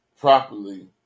properly